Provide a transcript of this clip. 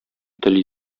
тел